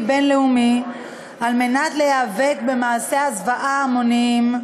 בין-לאומי על מנת להיאבק במעשי זוועות המוניים,